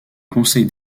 conseil